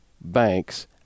banks